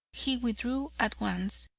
he withdrew at once,